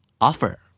Offer